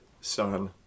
son